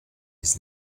his